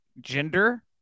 gender